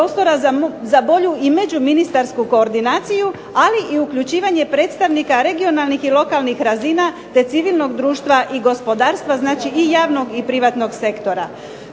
prostora za bolju i međuministarsku koordinaciju, ali i uključivanje predstavnika regionalnih i lokalnih razina te civilnog društva i gospodarstva, znači i javnog i privatnog sektora.